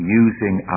using